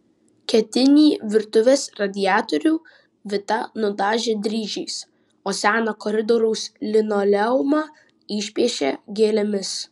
ketinį virtuvės radiatorių vita nudažė dryžiais o seną koridoriaus linoleumą išpiešė gėlėmis